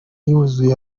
yuzuye